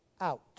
out